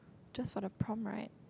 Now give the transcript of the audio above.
just for the prompt right